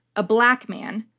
a black man,